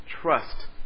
Trust